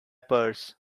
purse